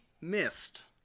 missed